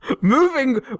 Moving